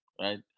right